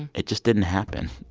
it just didn't happen.